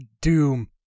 doom